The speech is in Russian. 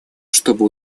чтобы